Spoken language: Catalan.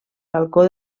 balcó